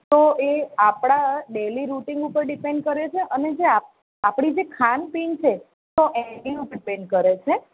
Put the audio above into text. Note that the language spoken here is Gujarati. તો એ આપણાં ડેઈલી રુટિન ઉપર ડીપેન્ડ કરે છે અને જે આપ આપણી જે ખાનપાન છે તો એની ઉપર ડીપેન્ડ કરે છે